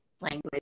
language